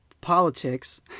politics